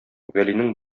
вәлинең